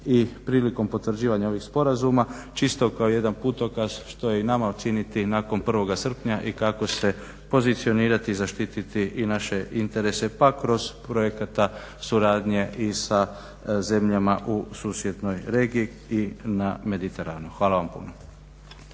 i prilikom potvrđivanja ovih sporazuma, čisto kao jedan putokaz što je i nama činiti nakon 1. srpnja i kako se pozicionirati i zaštititi i naše interese pa kroz projekte suradnje i sa zemljama u susjednoj regiji i na Mediteranu. Hvala vam puno.